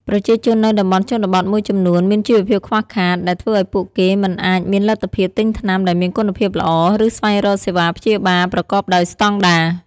ប្រជាជននៅតំបន់ជនបទមួយចំនួនមានជីវភាពខ្វះខាត ដែលធ្វើឱ្យពួកគេមិនអាចមានលទ្ធភាពទិញថ្នាំដែលមានគុណភាពល្អ ឬស្វែងរកសេវាព្យាបាលប្រកបដោយស្តង់ដារ។